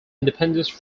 independence